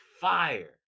fire